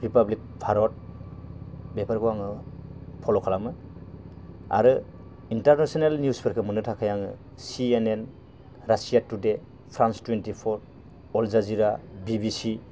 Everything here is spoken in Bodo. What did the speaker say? रिफाब्लिक भारत बेफोरखौ आङो फल' खालामो आरो इन्टारनेसनेल निउसफोरखौ मोननो थाखाय आङो सिएनएन रासिया टुडे फ्रान्स थुइनथिफर अलजा जिरा बिबिचि